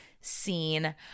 scene